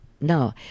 No